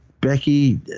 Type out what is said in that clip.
Becky